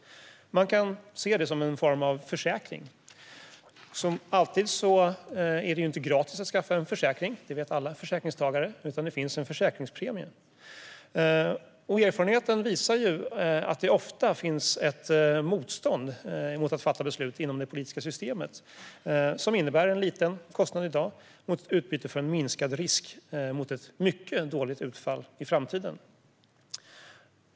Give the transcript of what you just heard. Man kan se det som en form av försäkring, och som alla försäkringstagare vet måste man betala en försäkringspremie. Erfarenheten visar dock att det ofta finns ett motstånd inom det politiska systemet mot att fatta ett beslut som innebär en liten kostnad i dag i utbyte mot en minskad risk för ett mycket dåligt utfall i framtiden.